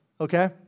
Okay